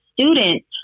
students